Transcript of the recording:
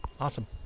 Awesome